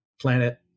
planet